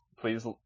Please